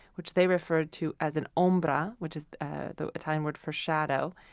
which they refer to as an ombra, which is the italian word for shadow.